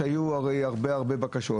שהיו הרי הרבה הרבה בקשות.